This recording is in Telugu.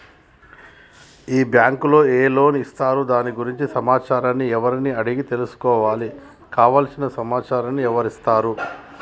ఈ బ్యాంకులో ఏ లోన్స్ ఇస్తారు దాని గురించి సమాచారాన్ని ఎవరిని అడిగి తెలుసుకోవాలి? కావలసిన సమాచారాన్ని ఎవరిస్తారు?